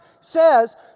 says